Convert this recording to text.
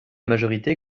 majorité